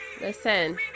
listen